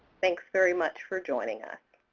thanks very much for joining us.